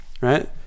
right